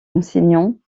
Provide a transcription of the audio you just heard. enseignants